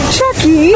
Chucky